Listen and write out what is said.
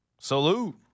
salute